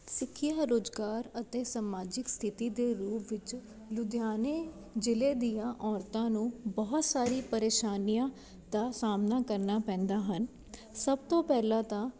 ਸਿੱਖਿਆ ਰੁਜ਼ਗਾਰ ਅਤੇ ਸਮਾਜਿਕ ਸਥਿਤੀ ਦੇ ਰੂਪ ਵਿੱਚ ਲੁਧਿਆਣੇ ਜ਼ਿਲ੍ਹੇ ਦੀਆਂ ਔਰਤਾਂ ਨੂੰ ਬਹੁਤ ਸਾਰੀ ਪਰੇਸ਼ਾਨੀਆਂ ਦਾ ਸਾਹਮਣਾ ਕਰਨਾ ਪੈਂਦਾ ਹਨ ਸਭ ਤੋਂ ਪਹਿਲਾਂ ਤਾਂ